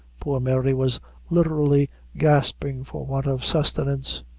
poor mary was literally gasping for want of sustenance,